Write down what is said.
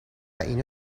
اینو